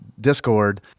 Discord